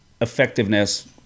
effectiveness